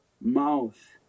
mouth